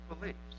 beliefs